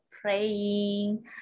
praying